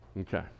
Okay